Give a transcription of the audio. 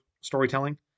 storytelling